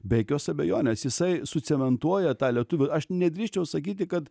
be jokios abejonės jisai sucementuoja tą lietuvių aš nedrįsčiau sakyti kad